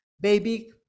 baby